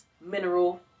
mineral